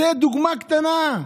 זו דוגמה קטנה.